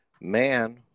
Man